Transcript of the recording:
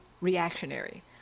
reactionary